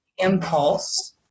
impulse